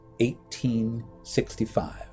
1865